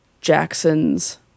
jackson's